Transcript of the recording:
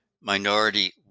minority